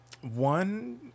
one